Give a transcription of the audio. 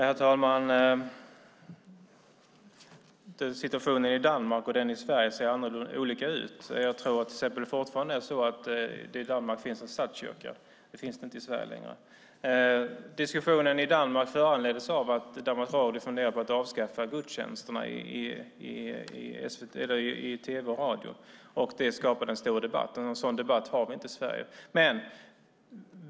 Herr talman! Situationen i Danmark och den i Sverige ser olika ut. Jag tror att det i Danmark fortfarande finns en statskyrka. Det finns det inte längre i Sverige. Diskussionen i Danmark föranleddes av att Danmarks radio funderade på att avskaffa gudstjänsterna i tv och radio, och det skapade en stor debatt. En sådan debatt har vi inte i Sverige.